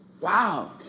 Wow